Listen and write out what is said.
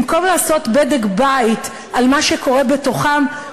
במקום לעשות בדק-בית על מה שקורה בתוכם,